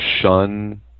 shun